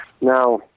Now